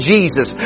Jesus